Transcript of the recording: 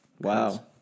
Wow